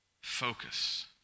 focus